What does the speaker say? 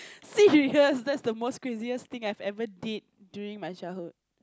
serious that's the most craziest thing I've ever did during my childhood